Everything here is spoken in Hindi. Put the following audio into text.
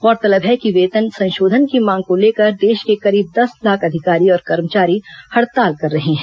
गौरतलब है कि वेतन संशोधन की मांग को लेकर देश के करीब दस लाख अधिकारी और कर्मचारी हड़ताल कर रहे हैं